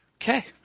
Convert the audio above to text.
Okay